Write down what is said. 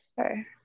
Okay